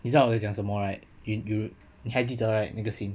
你知道我就讲什么 right in you 你还记得 right 那个 scene